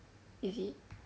is it